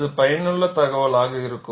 அது பயனுள்ள தகவலாக இருக்கும்